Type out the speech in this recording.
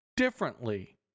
differently